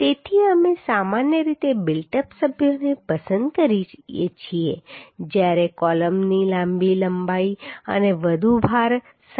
તેથી અમે સામાન્ય રીતે બિલ્ટ અપ સભ્યોને પસંદ કરીએ છીએ જ્યારે કૉલમની લાંબી લંબાઈ અને વધુ ભાર સાથે